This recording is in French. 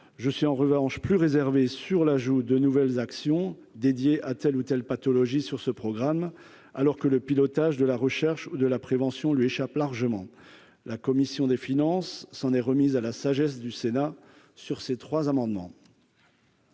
je suis en revanche plus réservé sur l'ajout de nouvelles actions dédiées à telle ou telle pathologie sur ce programme, alors que le pilotage de la recherche de la prévention lui échappe largement la commission des finances s'en est remis à la sagesse du Sénat sur ces trois amendements.